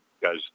guys